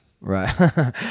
Right